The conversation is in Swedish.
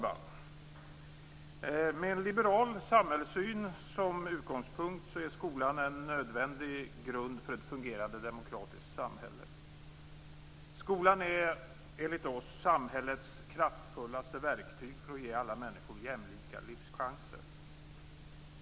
Fru talman! Med en liberal samhällssyn som utgångspunkt är skolan en nödvändig grund för ett fungerande demokratiskt samhälle. Skolan är enligt oss samhällets kraftfullaste verktyg för att ge alla människor jämlika livschanser.